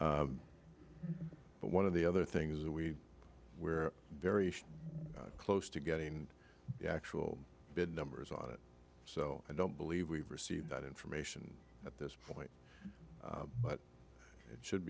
us but one of the other things that we where very close to getting actual big numbers on it so i don't believe we've received that information at this point but it should